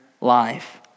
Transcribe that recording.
life